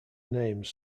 names